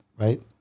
right